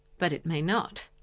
but it may not.